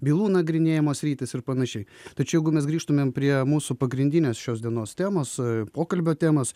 bylų nagrinėjimo sritys ir panašiai tačiau jeigu mes grįžtumėm prie mūsų pagrindinės šios dienos temos pokalbio temos